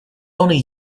only